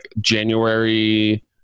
january